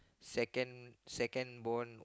second second born